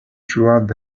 throughout